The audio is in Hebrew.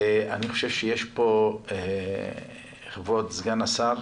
אני חושב שיש פה, כבוד סגן השר,